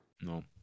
No